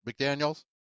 McDaniels